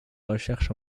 recherche